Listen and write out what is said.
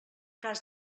cas